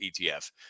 ETF